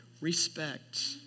respect